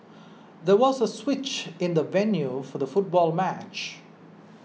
there was a switch in the venue for the football match